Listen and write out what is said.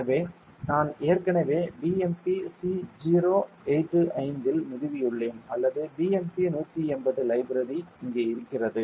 எனவே நான் ஏற்கனவே BMP c 085 இல் நிறுவியுள்ளேன் அல்லது BMP180 லைப்ரரி இங்கே கிடைக்கிறது